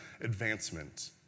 advancement